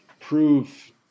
prove